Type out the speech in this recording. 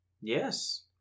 Yes